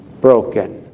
broken